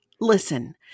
listen